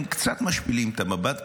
הם קצת משפילים את המבט,